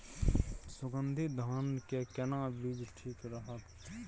सुगन्धित धान के केना बीज ठीक रहत?